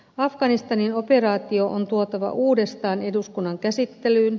afganistanin operaatio on tuotava uudestaan eduskunnan käsittelyyn